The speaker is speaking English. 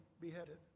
beheaded